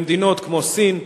במדינות כמו סין,